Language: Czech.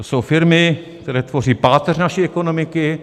To jsou firmy, které tvoří páteř naší ekonomiky.